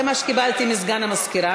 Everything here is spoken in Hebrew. זה מה שקיבלתי מסגן המזכירה.